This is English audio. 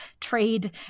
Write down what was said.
trade